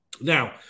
Now